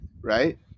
Right